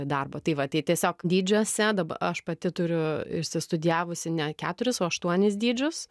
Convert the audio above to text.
darbo tai va tai tiesiog dydžiuose dabar aš pati turiu išsistudijavusi ne keturis o aštuonis dydžius